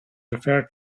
referred